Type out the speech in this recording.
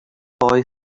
boy